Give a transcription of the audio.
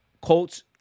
Colts